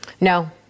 No